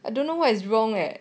I don't know what is wrong eh